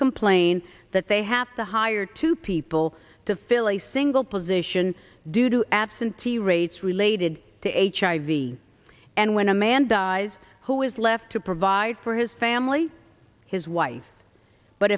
complain that they have to hire two people to fill a single position due to absentee rates related to hiv and when a man dies who is less to provide for his family his wife but